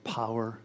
power